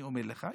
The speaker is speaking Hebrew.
אני אומר לך,